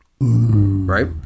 Right